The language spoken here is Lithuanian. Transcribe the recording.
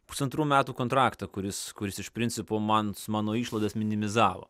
pusantrų metų kontraktą kuris kuris iš principo man su mano išlaidas minimizavo